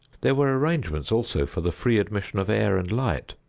there were arrangements also for the free admission of air and light,